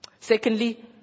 Secondly